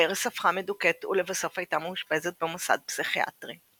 איירס הפכה מדוכאת ולבסוף הייתה מאושפזת במוסד פסיכיאטרי.